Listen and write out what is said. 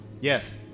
Yes